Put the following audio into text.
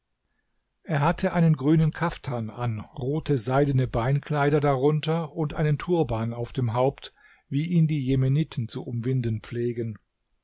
er hatte einen grünen kaftan an rote seidene beinkleider darunter und einen turban auf dem haupt wie ihn die jemeniten zu umwinden pflegen